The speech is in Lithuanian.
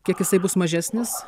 kiek jisai bus mažesnis